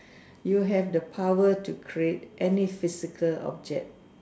you have the power to create any physical object